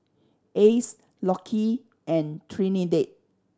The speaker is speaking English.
Ace Lockie and Trinidad